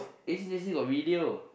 A_C_J_C got video